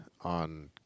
on